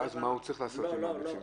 ואז מה הוא צריך לעשות עם הביצים?